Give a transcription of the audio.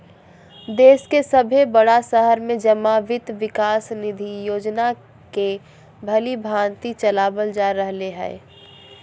देश के सभे बड़ा शहर में जमा वित्त विकास निधि योजना के भलीभांति चलाबल जा रहले हें